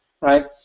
right